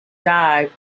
dive